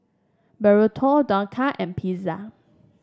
Burrito Dhokla and Pizza